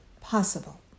possible